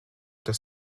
das